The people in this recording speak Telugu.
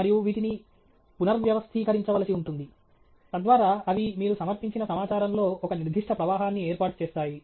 మరియు వీటిని పునర్వ్యవస్థీకరించవలసి ఉంటుంది తద్వారా అవి మీరు సమర్పించిన సమాచారంలో ఒక నిర్దిష్ట ప్రవాహాన్ని ఏర్పరుస్తాయి